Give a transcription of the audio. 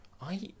I-